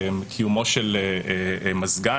קיומו של מזגן.